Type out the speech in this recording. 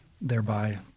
thereby